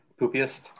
Poopiest